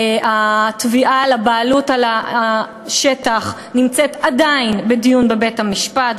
התביעה על הבעלות על השטח נמצאת עדיין בדיון בבית-המשפט,